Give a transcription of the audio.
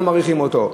אנחנו מעריכים אותו.